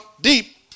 deep